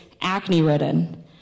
acne-ridden